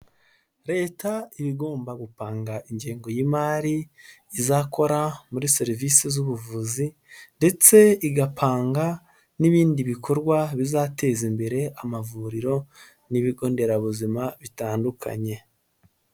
Leta iba igomba gupanga ingengo y'imari izakora muri serivisi z'ubuvuzi ndetse igapanga n'ibindi bikorwa bizateza imbere amavuriro n'ibigo nderabuzima bitandukanye.